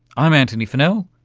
i'm antony funnell,